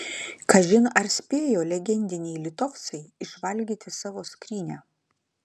kažin ar spėjo legendiniai litovcai išvalgyti savo skrynią